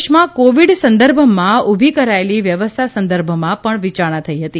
દેશમાં કોવિડ સંદર્ભમાં ઊભી કરાયેલી વ્યવસ્થા સંદર્ભમાં પણ વિચારણા થઈ હતી